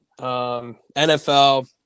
NFL